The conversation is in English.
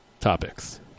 topics